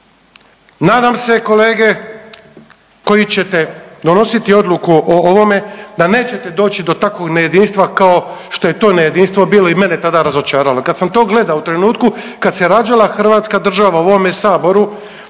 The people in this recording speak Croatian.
Nadam se kolege koji ćete donositi odluku o ovome da nećete doći do takvog nejedinstva kao što je to nejedinstvo bilo i mene tada razočaralo. Kad sam to gledao u trenutku kad se rađala Hrvatska država u ovome Saboru